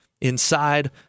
inside